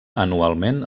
anualment